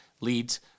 leads